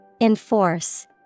Enforce